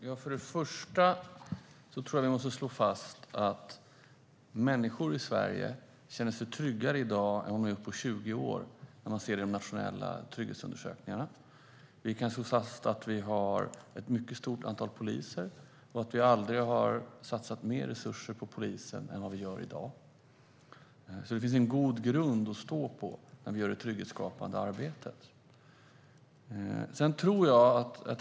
Herr talman! Först och främst tror jag att vi måste slå fast att människor i Sverige känner sig tryggare i dag än vad de har gjort på 20 år, om man ser i de nationella trygghetsundersökningarna. Vi kan slå fast att vi har ett mycket stort antal poliser, att vi aldrig har satsat mer resurser på polisen än vad vi gör i dag. Det finns en god grund att stå på när vi gör det trygghetsskapande arbetet.